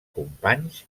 companys